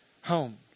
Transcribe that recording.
home